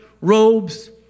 robes